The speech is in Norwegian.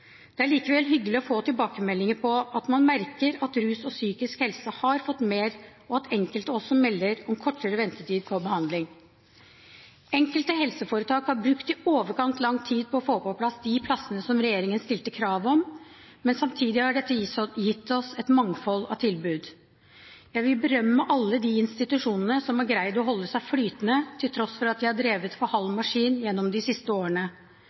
Det er likevel hyggelig å få tilbakemeldinger på at man merker at rus og psykisk helse har fått mer, og at enkelte også melder om kortere ventetid på behandling. Enkelte helseforetak har brukt i overkant lang tid på å få på plass de plassene som regjeringen stilte krav om, men samtidig har dette gitt oss et mangfold av tilbud. Jeg vil berømme alle de institusjonene som har greid å holde seg flytende, til tross for at de har drevet for halv maskin gjennom de siste årene.